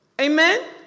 amen